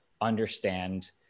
understand